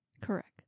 correct